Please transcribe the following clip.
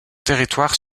territoire